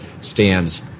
stands